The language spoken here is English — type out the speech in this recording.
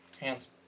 hands